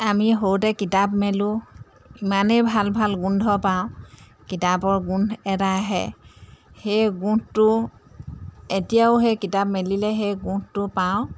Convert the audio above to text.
আমি সৰুতে কিতাপ মেলো ইমানেই ভাল ভাল গোন্ধ পাওঁ কিতাপৰ গোন্ধ এটা আহে সেই গোন্ধটো এতিয়াও সেই কিতাপ মেলিলে সেই গোন্ধটো পাওঁ